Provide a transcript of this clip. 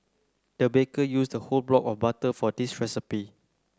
the baker used a whole block of butter for this recipe